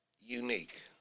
Unique